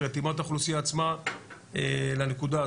רתימת האוכלוסייה עצמה לנקודה הזאת.